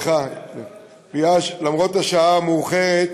למרות השעה המאוחרת,